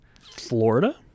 Florida